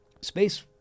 Space